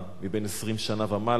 מבן 20 שנה ומעלה,